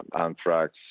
Anthrax